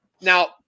Now